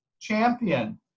Champion